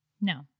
No